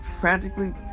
frantically